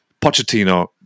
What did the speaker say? Pochettino